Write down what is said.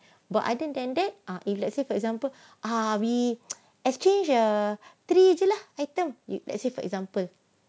but other than that ah if let's say for example ah we exchange err three saja lah item let's say for example